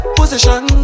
position